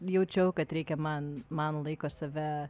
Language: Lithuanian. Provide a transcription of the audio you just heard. jaučiau kad reikia man man laiko save